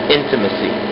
intimacy